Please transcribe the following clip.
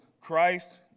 Christ